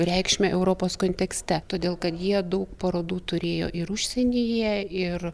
reikšmę europos kontekste todėl kad jie daug parodų turėjo ir užsienyje ir